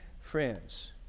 friends